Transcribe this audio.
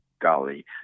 golly